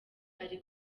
ari